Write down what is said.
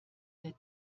der